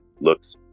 looks